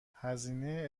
هزینه